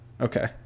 okay